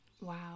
Wow